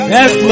Yes